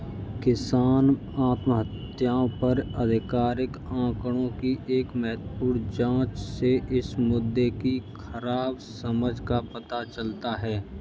किसान आत्महत्याओं पर आधिकारिक आंकड़ों की एक महत्वपूर्ण जांच से इस मुद्दे की खराब समझ का पता चलता है